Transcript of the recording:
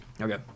Okay